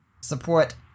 support